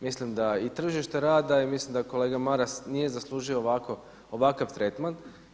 Mislim da i tržište rada i mislim da kolega Maras nije zaslužio ovakav tretman.